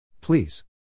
Please